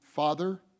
father